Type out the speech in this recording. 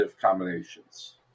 combinations